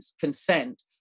consent